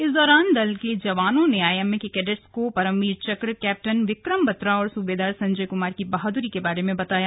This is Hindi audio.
इस दौरान दल के जवानों ने आईएमए के कैडेट्स को परमवीर चक्र कैप्टन विक्रम बत्रा और सूबेदार संजय कुमार की बहादुरी के बारे में बताया